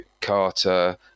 Carter